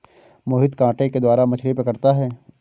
मोहित कांटे के द्वारा मछ्ली पकड़ता है